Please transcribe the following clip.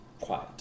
quiet